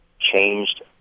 changed